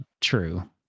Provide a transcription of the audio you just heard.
True